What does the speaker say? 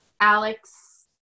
Alex